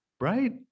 Right